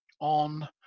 on